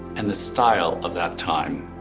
and the style of that time.